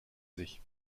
sich